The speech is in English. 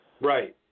Right